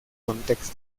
contextos